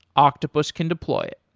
octopus can deploy it.